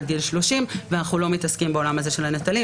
עד גיל 30 ואנחנו לא מתעסקים בעולם הזה של הנטלים.